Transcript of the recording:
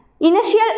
Initial